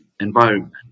environment